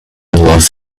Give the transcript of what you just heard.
los